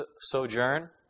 sojourn